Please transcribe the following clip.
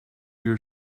your